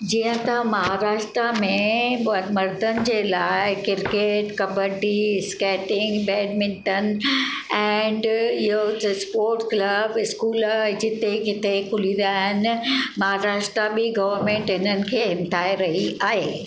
जीअं त महाराष्ट्र में मर्दनि जे लाइ cricket kabaddi skating badminton and इहो जो स्पोट क्लब स्कूल जिते किते खुली रहिया आहिनि महाराष्ट्र बि गवर्मेंट इन्हनि खे हिमथाए रही आहे